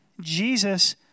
Jesus